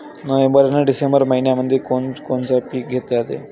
November अन December मइन्यामंधी कोण कोनचं पीक घेतलं जाते?